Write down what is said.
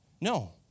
No